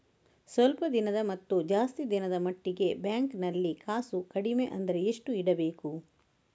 ಸ್ವಲ್ಪ ದಿನದ ಮತ್ತು ಜಾಸ್ತಿ ದಿನದ ಮಟ್ಟಿಗೆ ಬ್ಯಾಂಕ್ ನಲ್ಲಿ ಕಾಸು ಕಡಿಮೆ ಅಂದ್ರೆ ಎಷ್ಟು ಇಡಬೇಕು?